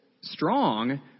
strong